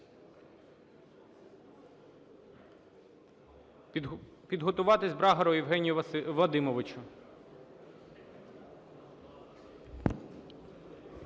Підготуватися Брагару Євгенію Вадимовичу.